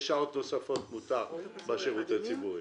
יש שעות נוספות, מותר בשירות הציבורי.